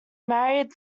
married